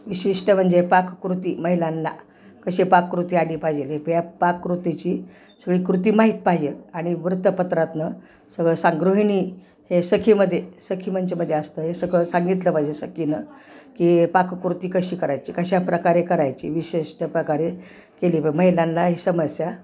विशिष्ट म्हणजे पाककृती महिलांला कशीे पाककृती आली पाहिजे हे या पाककृतीची सगळी कृती माहीत पाहिजे आणि वृत्तपत्रातनं सगळं सा गृहिणी हे सखीमध्ये सखी मंचमध्ये असतं हे सगळं सांगितलं पाहिजे सखीनं की पाककृती कशी करायची कशा प्रकारे करायची विशिष्ट प्रकारे केली प महिलांला ही समस्या